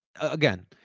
Again